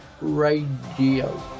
Radio